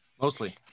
mostly